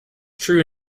true